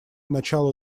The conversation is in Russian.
началу